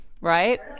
Right